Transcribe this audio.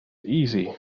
easy